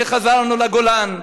שחזרנו לגולן,